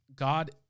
God